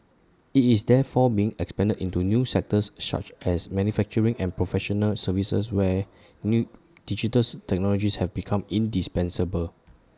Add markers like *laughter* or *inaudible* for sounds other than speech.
IT is therefore being expanded into new sectors such as manufacturing and professional services where new digital *noise* technologies have become indispensable